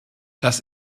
das